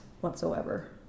whatsoever